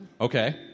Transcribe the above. Okay